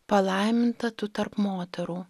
palaiminta tu tarp moterų